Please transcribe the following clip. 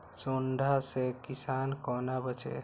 सुंडा से किसान कोना बचे?